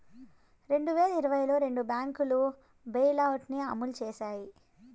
రెండు వేల ఇరవైలో రెండు బ్యాంకులు బెయిలౌట్ ని అమలు చేశాయి